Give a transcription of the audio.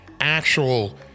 actual